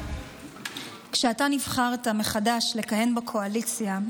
כשאתה נבחרת מחדש לכהן בקואליציה,